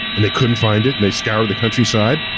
and they couldn't find it. and they scoured the countryside,